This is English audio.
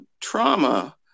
trauma